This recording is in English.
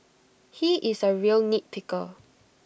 he is A real nitpicker